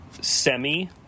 semi